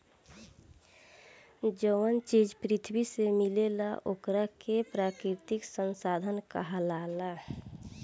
जवन चीज पृथ्वी से मिलेला ओकरा के प्राकृतिक संसाधन कहाला